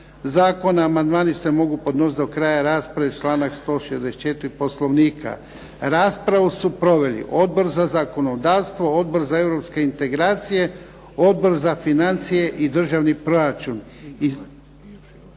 zakona. Amandmani se mogu podnositi do kraja rasprave članak 164. Poslovnika. Raspravu su proveli Odbor za zakonodavstvo, Odbor za europske integracije, Odbor za financije i državni proračun